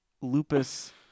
lupus